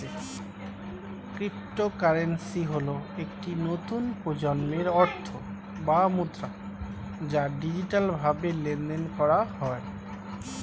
cryptocurrency হল একটি নতুন প্রজন্মের অর্থ বা মুদ্রা যা ডিজিটালভাবে লেনদেন করা হয়